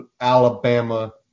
Alabama